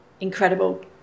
incredible